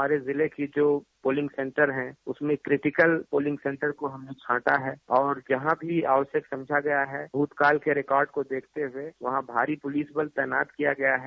हमारे जिले के जो पोलिंग सेन्टर है उनमें क्रिटिकल पोलिंग सेन्टर को हमने छाटा है और जहां भी आवश्यक समझा गया है भूतकाल के रिकार्ड को देखते हुए वहां भारी पुलिस बल तैनात किया गया है